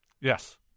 Yes